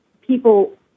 people